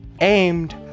aimed